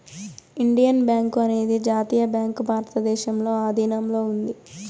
Indian bank అనేది జాతీయ bank భారతదేశంలో ఆధీనంలో ఉంది